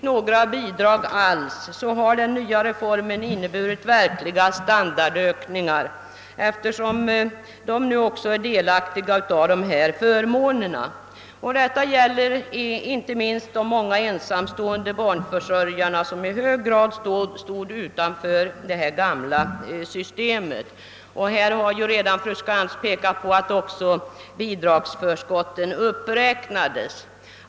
några bidrag alls, har den nya reformen inneburit verkliga = standardökningar, eftersom dessa familjer nu blir delaktiga av: de nya förmånerna. Detta gäller inte minst de många ensamstående barnförsörjarna, som i stor :utsträckning stod utanför det gamla systemet. Fru Skantz. har redan påpekat, att också bidragsför: skotten uppräknats.